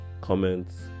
comments